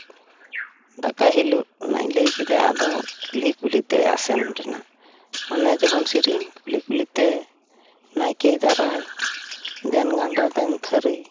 ᱫᱟᱠᱟᱭ ᱦᱤᱞᱳᱜ ᱨᱮᱱᱟᱜ ᱤᱧ ᱞᱟᱹᱭ ᱠᱮᱫᱟ ᱟᱫᱚ ᱠᱩᱞᱦᱤ ᱠᱩᱞᱦᱤ ᱛᱮ ᱟᱥᱮᱱ ᱨᱮᱱᱟᱜ ᱚᱱᱮ ᱡᱮᱵᱚᱱ ᱥᱤᱨᱤᱧ ᱠᱩᱞᱦᱤ ᱠᱩᱞᱦᱤ ᱛᱮ ᱱᱟᱭᱠᱮᱭ ᱫᱟᱨᱟᱭ ᱫᱮᱱ ᱜᱟᱸᱰᱚ ᱫᱮᱱ ᱛᱷᱟᱹᱨᱤ